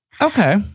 Okay